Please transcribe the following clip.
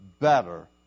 better